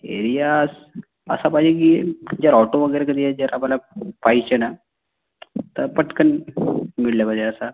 area असं असं पाहिजे की जर ऑटो वगैरे कधी जर आपल्या पाहिजे ना तर पटकन मिळालं पाहिजे असा